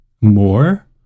more